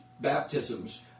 baptisms